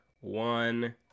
one